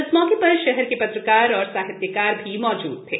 इस मौके पर शहर के पत्रकार एवं साहित्यकार भी मौजूद थे